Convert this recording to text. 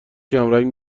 کمرنگ